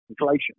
inflation